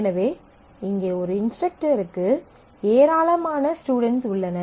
எனவே இங்கே ஒரு இன்ஸ்ட்ரக்டருக்கு ஏராளமான ஸ்டுடென்ட்ஸ் உள்ளனர்